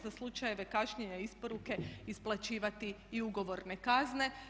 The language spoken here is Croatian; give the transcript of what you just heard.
Za slučajeve kašnjenja isporuke isplaćivati i ugovorne kazne.